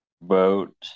boat